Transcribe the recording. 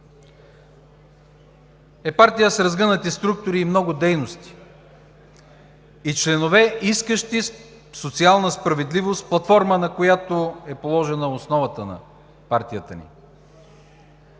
е партия с разгънати структури и много дейности и членове, искащи социална справедливост под форма, на която е положена основата на партията ни.